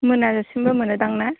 मोनाजासिमबो मोनोदां ना